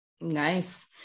nice